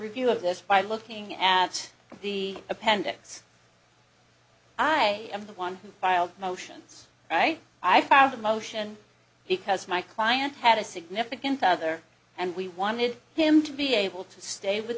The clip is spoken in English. review of this by looking at the appendix i am the one who filed motions right i found a motion because my client had a significant other and we wanted him to be able to stay with